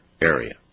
area